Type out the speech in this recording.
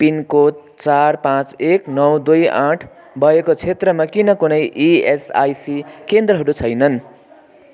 pin code चार पाँच एक नौ दुई आठ भएको क्षेत्रमा किन कुनै इएसआइसी केन्द्रहरू छैनन्